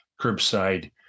curbside